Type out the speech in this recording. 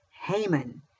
Haman